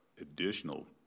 additional